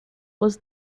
was